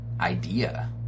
idea